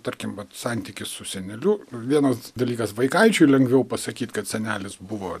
tarkim vat santykis su seneliu vienas dalykas vaikaičiui lengviau pasakyti kad senelis buvo